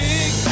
Big